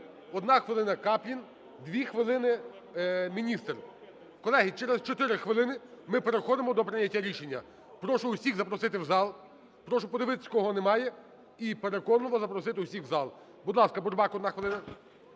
Одна хвилина, Каплін. Дві хвилини, міністр. Колеги, через 4 хвилини ми переходимо до прийняття рішення. Прошу усіх запросити в зал, прошу подивитися кого немає і переконливо запросити усіх в зал. Будь ласка, Бурбак, одна хвилина.